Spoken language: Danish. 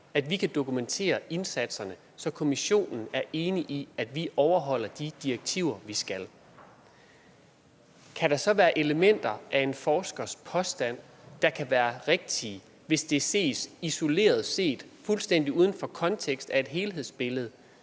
at vi kan dokumentere indsatserne, så Kommissionen er enig i, at vi overholder de direktiver, vi skal. Kan der så være elementer af en forskers påstand, der kan være rigtige, hvis det ses isoleret set, fuldstændig uden for kontekst af et helhedsbillede?